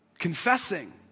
Confessing